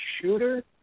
shooter